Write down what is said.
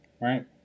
right